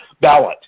ballot